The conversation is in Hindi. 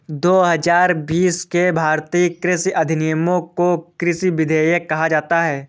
दो हजार बीस के भारतीय कृषि अधिनियमों को कृषि विधेयक कहा जाता है